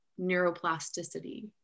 neuroplasticity